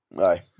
Aye